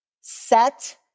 set